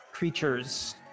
creature's